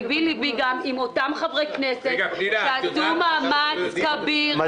ליבי-ליבי עם אותם חברי כנסת שעשו מאמץ כביר כדי לרוץ בפריימריז